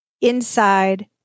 Inside